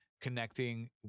connecting